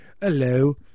Hello